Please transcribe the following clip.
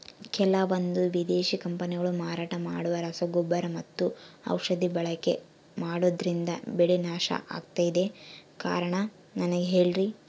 ಕೆಲವಂದು ವಿದೇಶಿ ಕಂಪನಿಗಳು ಮಾರಾಟ ಮಾಡುವ ರಸಗೊಬ್ಬರ ಮತ್ತು ಔಷಧಿ ಬಳಕೆ ಮಾಡೋದ್ರಿಂದ ಬೆಳೆ ನಾಶ ಆಗ್ತಾಇದೆ? ಕಾರಣ ನನಗೆ ಹೇಳ್ರಿ?